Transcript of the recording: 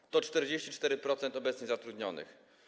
To stanowi 44% obecnie zatrudnionych.